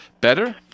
better